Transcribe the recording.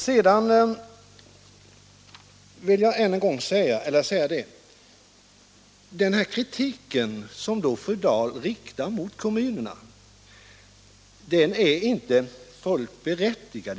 Sedan vill jag påpeka att den kritik som fru Dahl riktar mot kommunerna inte är fullt berättigad.